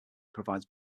provides